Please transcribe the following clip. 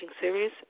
Series